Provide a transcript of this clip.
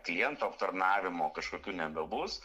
klientų aptarnavimo kažkokių nebebus